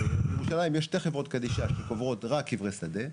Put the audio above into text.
בירושלים יש שתי חברות קדישא שקוברות רק קברי שדה,